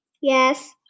Yes